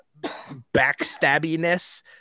backstabbiness